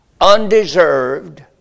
undeserved